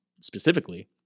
specifically